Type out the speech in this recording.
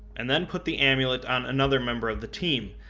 and then put the amulet on another member of the team,